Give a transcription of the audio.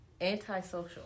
Antisocial